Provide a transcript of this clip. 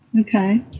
Okay